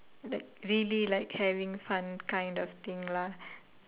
like really like having fun kind of thing lah